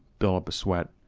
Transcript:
build up a sweat,